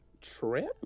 Trip